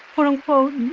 quote-unquote,